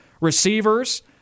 receivers